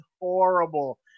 horrible